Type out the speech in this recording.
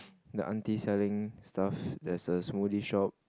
the aunty selling stuff there's a smoothie shop